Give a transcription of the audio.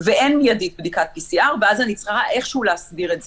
ואין מיידית בדיקת PCR ואז אני צריכה איכשהו להסדיר את זה,